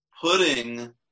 putting